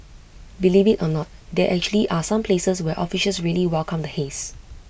believe IT or not there actually are some places where officials really welcome the haze